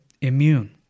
immune